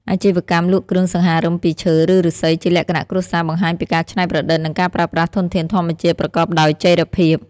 អាជីវកម្មលក់គ្រឿងសង្ហារឹមពីឈើ ឬឫស្សីជាលក្ខណៈគ្រួសារ បង្ហាញពីការច្នៃប្រឌិត និងការប្រើប្រាស់ធនធានធម្មជាតិប្រកបដោយចីរភាព។